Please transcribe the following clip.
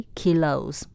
kilos